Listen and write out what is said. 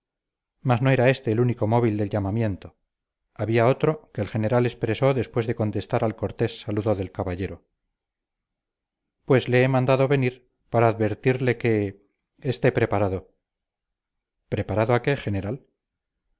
mas no era este el único móvil del llamamiento había otro que el general expresó después de contestar al cortés saludo del caballero pues le he mandado venir para advertirle que esté preparado preparado a qué general